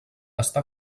està